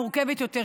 מורכבת יותר,